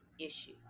issue